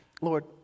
Lord